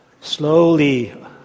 slowly